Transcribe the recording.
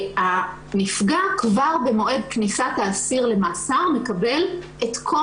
הנפגע כבר במועד כניסת האסיר למעצר מקבל את כל